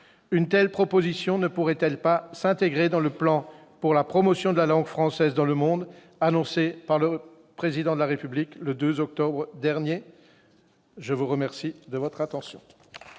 Une telle proposition ne pourrait-elle pas s'intégrer dans le plan pour la promotion de la langue française dans le monde annoncé par le Président de la République le 2 octobre dernier ? La parole est à M.